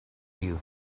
you